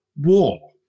War